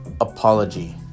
apology